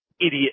idiot